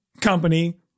company